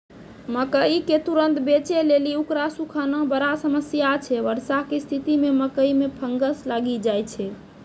मकई के तुरन्त बेचे लेली उकरा सुखाना बड़ा समस्या छैय वर्षा के स्तिथि मे मकई मे फंगस लागि जाय छैय?